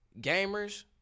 gamers